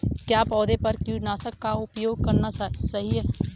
क्या पौधों पर कीटनाशक का उपयोग करना सही है?